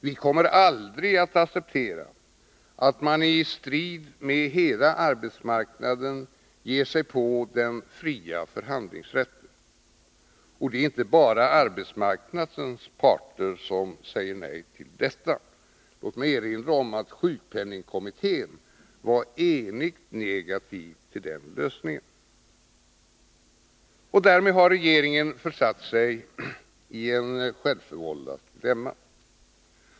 Vi kommer aldrig att acceptera att man i strid med alla arbetsmarknadens parter ger sig på den fria förhandlingsrätten. Och det är inte bara arbetsmarknadens parter som säger nej till detta. Låt mig erinra om att sjukpenningkommittén var enigt negativ till den lösningen. Därmed har regeringen försatt sig i ett självförvållat dilemma.